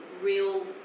real